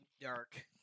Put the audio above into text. dark